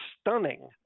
stunning